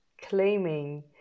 claiming